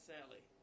Sally